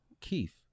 Keith